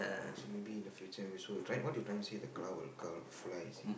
so maybe in the future we so what you trying to say is the car will car fly in